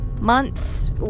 months